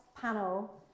panel